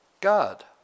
God